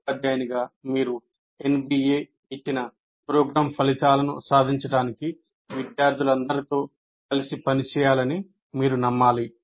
ఉపాధ్యాయునిగా మీరు NBA ఇచ్చిన programme ఫలితాలను సాధించడానికి విద్యార్థులందరితో కలిసి పనిచేయాలని మీరు నమ్మాలి